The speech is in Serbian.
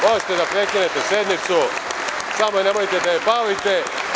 Možete da prekinete sednicu, samo nemojte da je palite.